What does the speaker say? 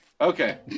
Okay